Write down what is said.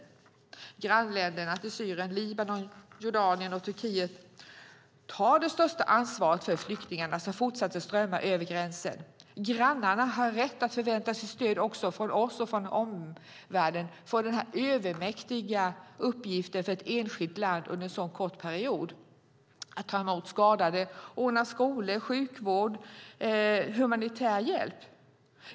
Syriens grannländer Libanon, Jordanien och Turkiet tar det största ansvaret för flyktingarna som fortsätter att strömma över gränsen. Grannarna har rätt att förvänta sig stöd också från oss och från omvärlden inför den övermäktiga uppgiften för ett enskilt land att under en så kort period ta emot skadade, ordna skolor, sjukvård och humanitär hjälp.